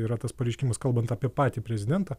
yra tas pareiškimas kalbant apie patį prezidentą